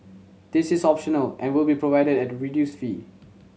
this is optional and will be provided at a reduced fee